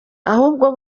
ahubwo